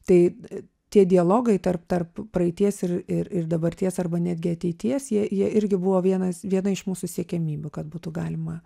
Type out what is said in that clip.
tai tie dialogai tarp tarp praeities ir ir ir dabarties arba netgi ateities jie jie irgi buvo vienas viena iš mūsų siekiamybių kad būtų galima